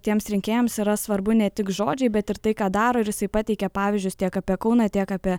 tiems rinkėjams yra svarbu ne tik žodžiai bet ir tai ką daro ir jisai pateikia pavyzdžius tiek apie kauną tiek apie